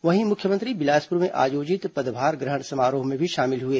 वहीं मुख्यमंत्री बिलासपुर में आयोजित पदभार ग्रहण समारोह में भी शामिल हुए